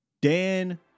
Dan